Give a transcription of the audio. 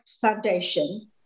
foundation